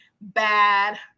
bad